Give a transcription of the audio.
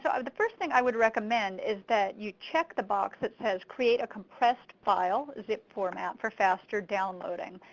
sort of the first thing i would recommend is that you check the box that says, create a compressed file, or zip format, for faster downloading.